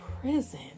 prison